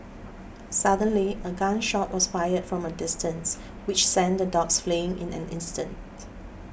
suddenly a gun shot was fired from a distance which sent the dogs fleeing in an instant